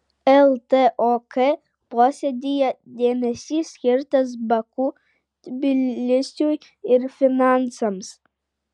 ltok posėdyje dėmesys skirtas baku tbilisiui ir finansams